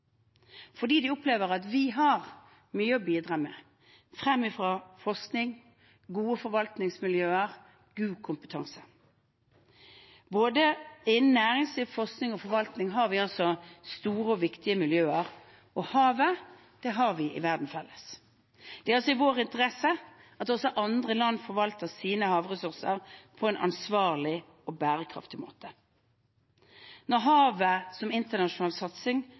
fordi de opplever at vi har mye å bidra med – framifrå forskning, gode forvaltningsmiljøer, god kompetanse. Både innen næringsliv, forskning og forvaltning har vi store og viktige miljøer – og havet, det har vi i verden felles. Det er i vår interesse at også andre land forvalter sine havressurser på en ansvarlig og bærekraftig måte. Når havet som internasjonal satsing